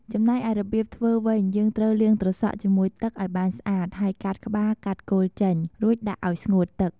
ចំណែកឯរបៀបធ្វេីវិញ យេីងត្រូវលាងត្រសក់ជាមួយទឹកឱ្យបានស្អាតហេីយកាត់ក្បាលកាត់គល់ចេញ រួចដាក់ឱ្យស្ងួតទឹក។